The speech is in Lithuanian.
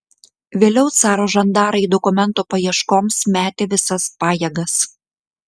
vėliau caro žandarai dokumento paieškoms metė visas pajėgas